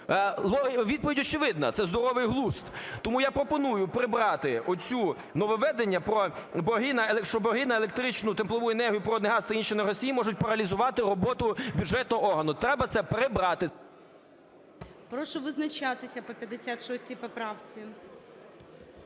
Відповідь очевидна – це здоровий глузд. Тому я пропоную прибрати оце нововведення, що борги на електричну, теплову енергію, природний газ та інші енергоносії можуть паралізувати роботу бюджетного органу. Треба це прибрати… ГОЛОВУЮЧИЙ. Прошу визначатись по 56 поправці.